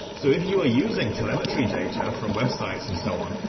so if you are using telemetry data from websites and so on,